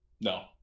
No